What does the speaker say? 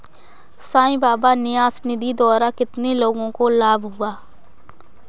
साई बाबा न्यास निधि द्वारा कितने लोगों को लाभ हुआ?